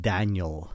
Daniel